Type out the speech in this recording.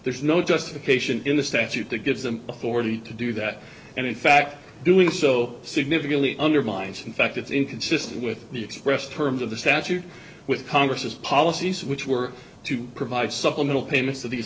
there's no justification in the statute that gives them authority to do that and in fact doing so significantly undermines in fact it's inconsistent with the expressed terms of the statute with congress's policies which were to provide supplemental payments that these